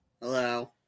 Hello